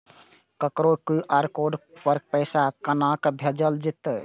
ककरो QR code पर पैसा कोना भेजल जेतै?